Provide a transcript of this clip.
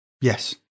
Yes